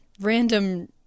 random –